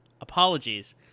apologies